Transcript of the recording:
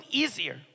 easier